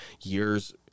years